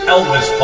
Elvis